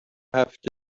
هفته